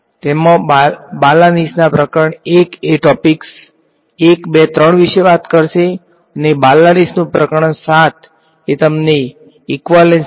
તેથી બાલાનીસના પ્રકરણ 1 એ ટોપીક્સ 1 2 અને 3 વિશે વાત કરશે અને બાલાનીસનો પ્રકરણ 7 એ તમને ઈક્વાલેન્સના પ્રમેય અને યુનીકનેસ પ્રમેય વિશે જણાવશે